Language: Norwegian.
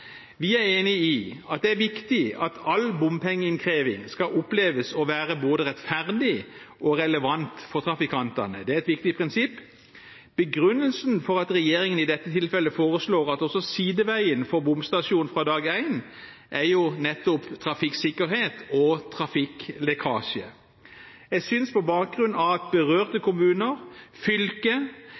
Vi er enig i at det er viktig at all bompengeinnkreving skal oppleves å være både rettferdig og relevant for trafikantene – det er et viktig prinsipp. Begrunnelsen for at regjeringen i dette tilfellet foreslår at også sideveien får bomstasjonen fra dag én, er nettopp trafikksikkerhet og trafikklekkasje. Jeg synes på bakgrunn av at berørte kommuner, fylke,